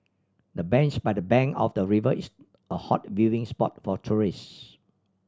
the bench by the bank of the river is a hot viewing spot for tourists